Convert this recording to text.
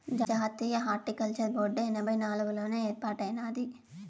జాతీయ horticulture board ఎనభై నాలుగుల్లోనే ఏర్పాటైనాది